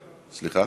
סליחה?